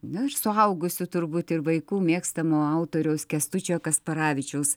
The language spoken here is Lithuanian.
nu ir suaugusių turbūt ir vaikų mėgstamo autoriaus kęstučio kasparavičiaus